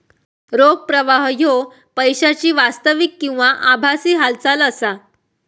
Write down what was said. रोख प्रवाह ह्यो पैशाची वास्तविक किंवा आभासी हालचाल असा